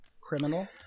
Criminal